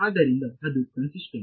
ಆದ್ದರಿಂದ ಅದು ಕನ್ಸಿಸ್ತೆಂಟ್